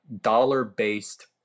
dollar-based